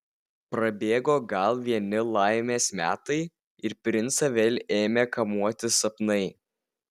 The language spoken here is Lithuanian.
prabėgo gal vieni laimės metai ir princą vėl ėmė kamuoti sapnai